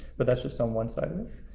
but that's just on one side of it.